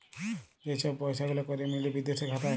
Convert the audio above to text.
যে ছব পইসা গুলা ক্যরে মিলে বিদেশে খাতায়